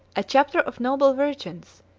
a chapter of noble virgins,